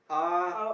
ah